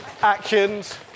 Actions